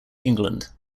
england